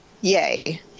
Yay